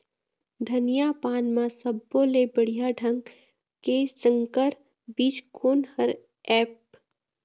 धनिया पान म सब्बो ले बढ़िया ढंग के संकर बीज कोन हर ऐप?